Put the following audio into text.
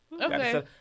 Okay